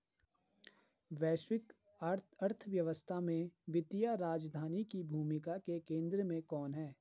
वैश्विक अर्थव्यवस्था में वित्तीय राजधानी की भूमिका के केंद्र में कौन है?